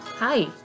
Hi